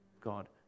God